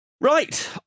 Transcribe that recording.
Right